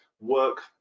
work